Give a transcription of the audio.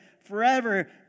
forever